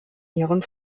ihren